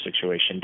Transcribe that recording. situation